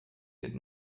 did